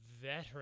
veteran